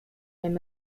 and